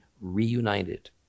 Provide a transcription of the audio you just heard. reunited